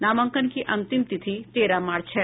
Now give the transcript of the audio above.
नामांकन की अंतिम तिथि तेरह मार्च है